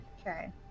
Okay